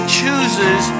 chooses